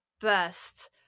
best